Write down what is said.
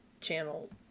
channel